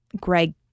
Greg